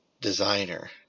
Designer